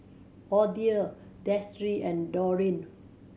Odile Destry and Dorene